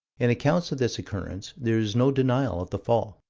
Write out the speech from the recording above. in accounts of this occurrence, there is no denial of the fall.